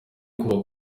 kubaka